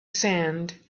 sand